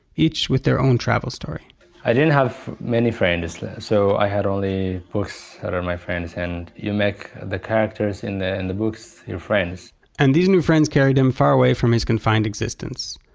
each with their own travel story i didn't have many friends, so i had only books that but were my friends. and you make the characters in the and the books your friends and these new friends carried him far away from his confined existence.